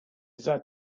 seid